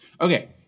Okay